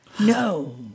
No